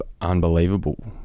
unbelievable